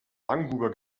langhuber